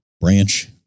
branch